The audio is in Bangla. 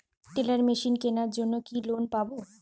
টেলার মেশিন কেনার জন্য কি লোন পাব?